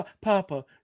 Papa